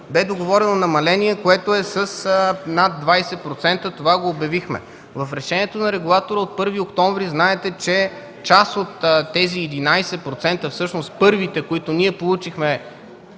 Бе договорено намаление с над 20%. Това обявихме. В решението на регулатора от 1 октомври 2012 г. знаете, че част от тези 11%, всъщност първите, които получихме